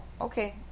okay